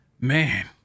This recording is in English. man